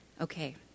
Okay